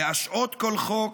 להשהות כל חוק,